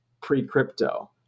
pre-crypto